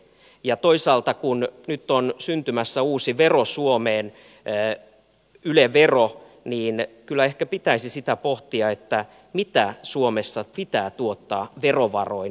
ja toisaalta kun nyt on syntymässä uusi vero suomeen yle vero niin kyllä ehkä pitäisi sitä pohtia mitä suomessa pitää tuottaa verovaroin